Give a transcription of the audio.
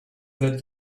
that